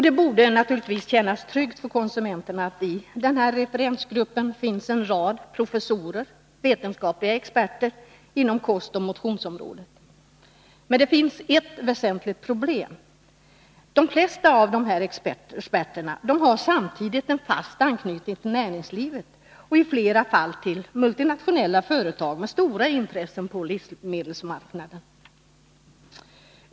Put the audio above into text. Det borde naturligtvis kännas tryggt för konsumenterna att det i denna referensgrupp finns en rad professorer som vetenskapliga experter inom kostoch motionsområdet. Men det finns ett väsentligt problem: de flesta av dessa experter har samtidigt en fast anknytning till näringslivet, i flera fall till multinationella företag med stora intressen på livsmedelsmarknaden.